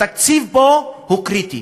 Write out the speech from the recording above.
התקציב פה הוא קריטי,